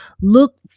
Look